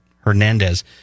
Hernandez